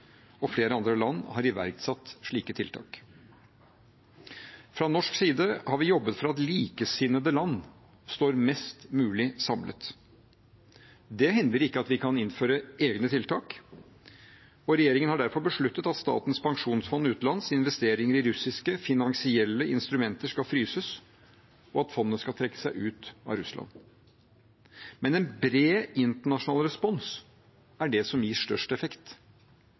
og flere andre land har iverksatt slike tiltak. Fra norsk side har vi jobbet for at likesinnede land står mest mulig samlet. Det hindrer ikke at vi kan innføre egne tiltak. Regjeringen har derfor besluttet at Statens pensjonsfond utlands investeringer i russiske finansielle instrumenter skal fryses, og at fondet skal trekke seg ut av Russland. Men en bred internasjonal respons er det som gir størst effekt.